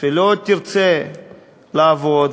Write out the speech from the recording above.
שלא תרצה לעבוד,